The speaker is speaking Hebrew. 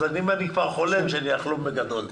אז אם אני כבר חולם אז אחלום בגדול.